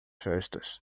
festas